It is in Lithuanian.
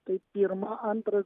tai pirma antra